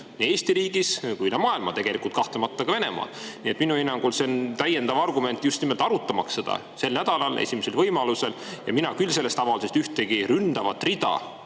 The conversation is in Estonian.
nii Eesti riigis kui ka üle maailma, kahtlemata ka Venemaal. Minu hinnangul on see täiendav argument just nimelt arutamaks seda sel nädalal, esimesel võimalusel. Mina küll sellest avaldusest ühtegi ründavat rida